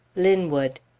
linwood.